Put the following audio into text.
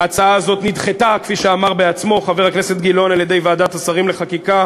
ההצעה הזאת נדחתה על-ידי ועדת השרים לחקיקה,